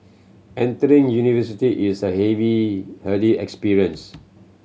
entering university is a heavy heady experience